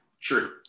true